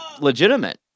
legitimate